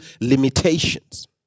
limitations